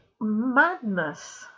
madness